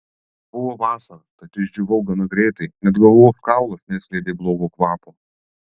buvo vasara tad išdžiūvau gana greitai net galvos kaulas neskleidė blogo kvapo